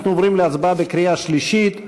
אנחנו עוברים להצבעה בקריאה שלישית.